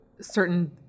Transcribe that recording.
certain